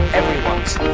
everyone's